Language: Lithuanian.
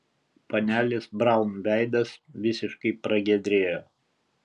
panelės braun veidas visiškai pragiedrėjo